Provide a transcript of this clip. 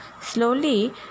Slowly